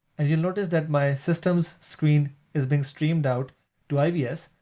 and you'll notice that my system's screen is being streamed out to ivs.